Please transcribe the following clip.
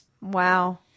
Wow